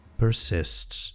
persists